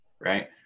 Right